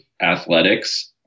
athletics